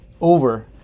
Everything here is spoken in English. over